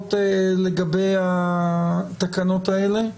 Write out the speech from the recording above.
נוספות לגבי התקנות האלה?